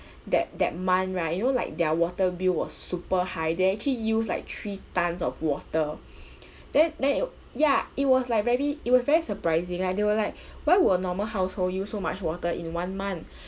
that that month right you know like their water bill was super high they actually use like three tonnes of water then then you ya it was like very it was very surprising like they were like why will a normal household use so much water in one month